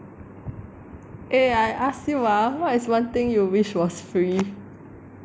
eh I ask you ah what is one thing you wish was free